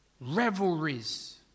Revelries